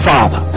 Father